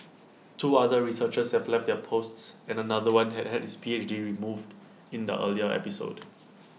two other researchers have left their posts and another one had his P H D removed in the earlier episode